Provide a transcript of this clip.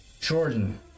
Jordan